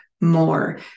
more